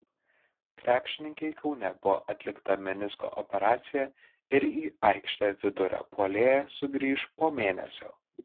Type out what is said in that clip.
krepšininkei kaune buvo atlikta menisko operacija ir į aikštę vidurio puolėja sugrįš po mėnesio